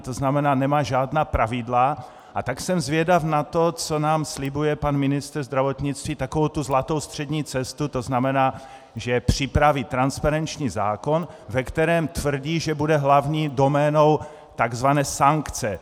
To znamená, nemá žádná pravidla, a tak jsem zvědav na to, co nám slibuje pan ministr zdravotnictví, takovou tu zlatou střední cestu, tedy že připraví transparenční zákon, ve kterém, tvrdí, budou hlavní doménou takzvané sankce.